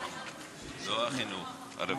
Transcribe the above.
גברתי היושבת-ראש, תודה רבה